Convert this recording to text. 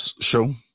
show